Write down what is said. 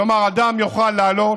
כלומר, אדם יוכל לעלות,